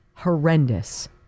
horrendous